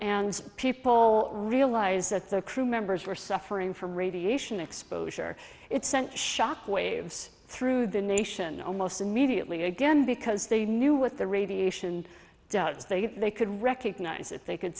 and people realize that the crew members were suffering from radiation exposure it sent shock waves through the nation almost immediately again because they knew what the radiation does they get they could recognize it they could